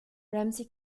ramsey